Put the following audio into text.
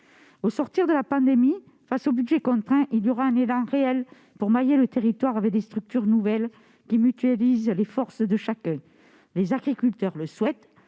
Au sortir de la pandémie, face à des budgets contraints, nous verrons un élan réel pour mailler le territoire avec des structures nouvelles, qui mutualisent les forces de chacun. Les agriculteurs le souhaitent,